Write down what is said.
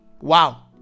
Wow